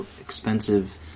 expensive